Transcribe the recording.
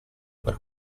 per